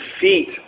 feet